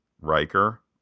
riker